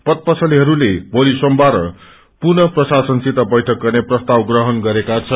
पय पसलेहस्ले भोलि सोमवार पुनः प्रशासनिसत बैठक गर्ने प्रस्ताव ग्रहण गरेका छन्